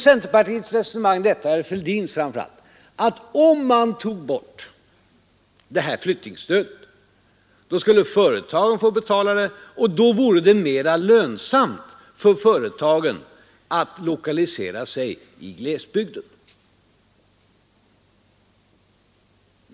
Centerpartiets och framför allt herr Fälldins resonemang är att om flyttningsstödet togs bort skulle företagen få betala det, och då vore det mera lönsamt för företagen att lokalisera sig i glesbygder.